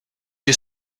you